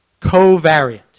Covariant